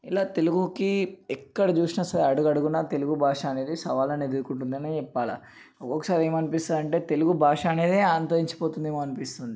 ఇలా తెలుగుకి ఎక్కడ చూసినాసరే అడుగడుగునా నాకు తెలుగుభాష అనేది సవాళ్లనే ఎదుర్కొంటుందని చెప్పాల ఒకసారి ఏమనిపిస్తుందంటే తెలుగుభాష అనేది అంతరించిపోతుందేమో అనిపిస్తుంది